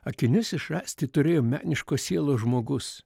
akinius išrasti turėjo meniškos sielos žmogus